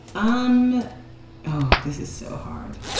um oh, this is so hard.